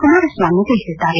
ಕುಮಾರಸ್ವಾಮಿ ತಿಳಿಸಿದ್ದಾರೆ